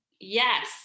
Yes